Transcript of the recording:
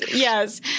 yes